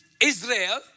Israel